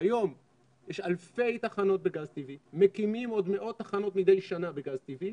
יש אלפי תחנות בגז טבעי,